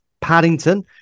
Paddington